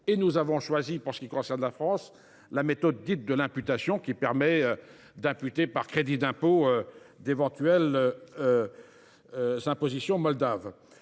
Nous avons choisi, pour ce qui concerne la France, la méthode dite de l’imputation, qui permet d’imputer par crédit d’impôt d’éventuelles impositions moldaves.